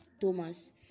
Thomas